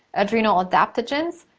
adrenal adaptogens,